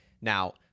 Now